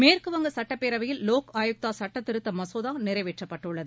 மேற்கு வங்க சட்டப்பேரவையில் வோக் ஆயுக்தா சுட்டத்திருத்த மசோதா நிறைவேற்றப்பட்டுள்ளது